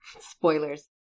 spoilers